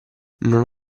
non